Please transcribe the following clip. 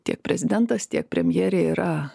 tiek prezidentas tiek premjerė yra